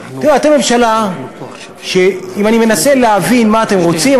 אתם ממשלה שאם אני מנסה להבין מה שאתם רוצים,